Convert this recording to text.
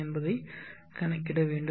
என்பதைக் கணக்கிட வேண்டும்